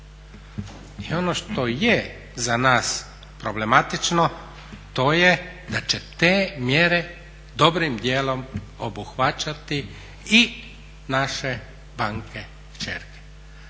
I ono što je za nas problematično to je da će te mjere dobrim dijelom obuhvaćati i naše banke kćerke.